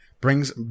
brings